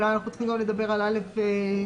אולי אנחנו צריכים גם לדבר על אה,